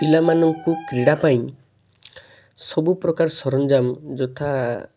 ପିଲାମାନଙ୍କୁ କ୍ରୀଡ଼ା ପାଇଁ ସବୁ ପ୍ରକାର ସରଞ୍ଜାମ ଯଥା